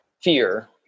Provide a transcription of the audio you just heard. fear